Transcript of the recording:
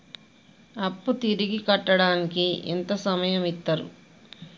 అప్పు తిరిగి కట్టడానికి ఎంత సమయం ఇత్తరు?